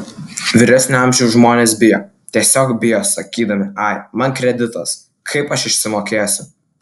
vyresnio amžiaus žmonės bijo tiesiog bijo sakydami ai man kreditas kaip aš išsimokėsiu